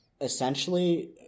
essentially